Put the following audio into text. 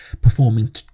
performing